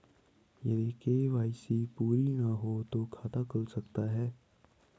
यदि के.वाई.सी पूरी ना हो तो खाता खुल सकता है?